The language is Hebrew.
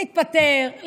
תתפטר,